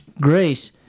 grace